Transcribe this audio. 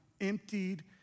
Emptied